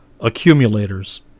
Accumulators